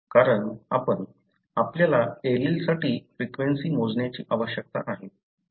कारण आपण आहोत आपल्याला एलीलसाठी फ्रिक्वेंसी मोजण्याची आवश्यकता आहे